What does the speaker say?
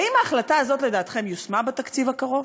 האם ההחלטה הזאת, לדעתכם, יושמה בתקציב הקרוב?